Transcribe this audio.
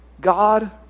God